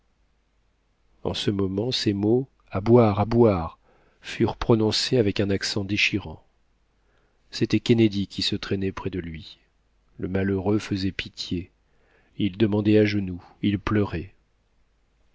en ce moment ces mots a boire à boire furent prononcés avec un accent déchirant c'était kennedy qui se traînait près de lui le malheureux faisait pitié il demandait à genoux il pleurait